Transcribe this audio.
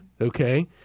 okay